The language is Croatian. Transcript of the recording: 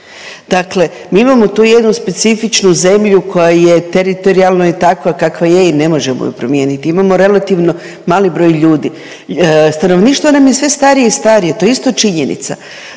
Dakle, mi imamo tu jednu specifičnu zemlju koja je teritorijalno je takva kakva je i ne možemo je promijeniti. Imamo relativno mali broj ljudi. Stanovništvo nam je sve starije i starije. To je isto činjenica.